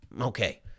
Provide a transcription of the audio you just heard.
Okay